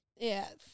Yes